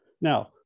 now